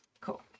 cool